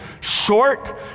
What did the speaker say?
short